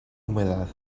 humedad